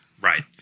Right